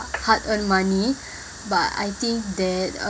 hard earned money but I think that